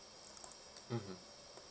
mmhmm